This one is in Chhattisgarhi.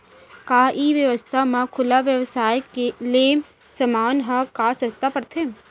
का ई व्यवसाय म खुला व्यवसाय ले समान ह का सस्ता पढ़थे?